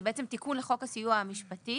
זה תיקון לחוק הסיוע המשפטי,